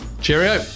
cheerio